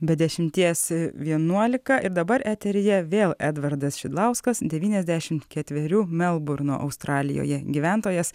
be dešimties vienuolika ir dabar eteryje vėl edvardas šidlauskas devyniasdešimt ketverių melburno australijoje gyventojas